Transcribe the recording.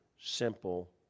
simple